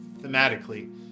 thematically